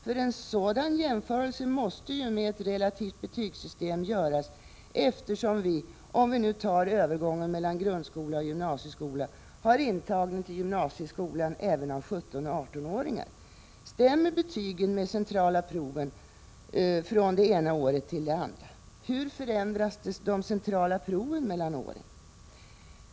Med ett relativt betygssystem måste en sådan jämförelse göras, eftersom vi vid övergången mellan grundskola och gymnasieskola har intagning till gymnasieskolan även av 17-18-åringar. Stämmer betygen med centrala proven från det ena året till det andra? Hur förändras de centrala proven mellan åren?